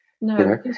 no